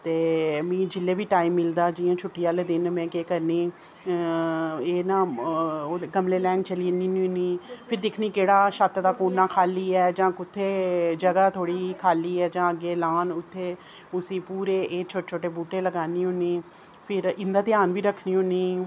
ते मिगी जेल्लै बी टाइम मिलदा जियां छुट्टी आह्ले दिन मैं केह् करनी एह् ना गमले लैने चली जन्नी हुन्नी फिर दिक्खनी केह्ड़ा छत्त दा कोना खाल्ली ऐ जां कुत्थै थोह्ड़ी जगह खाल्ली ऐ जां अग्गे लान उत्थे उसी पूरे एह् छोटे छोटे बूह्टे लगानी होन्नीं फिर इंदा ध्यान बी रक्खनी होन्नीं